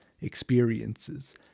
experiences